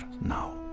now